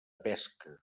pesca